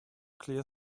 clear